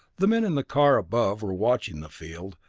the men in the car above were watching the field,